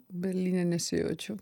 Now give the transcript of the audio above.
berlyne nesijaučiu